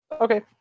Okay